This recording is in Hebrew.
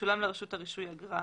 ישלם לרשות הרישוי אגרה"